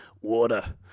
water